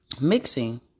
mixing